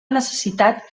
necessitat